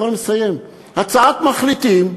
אני כבר מסיים הצעת מחליטים?